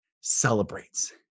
celebrates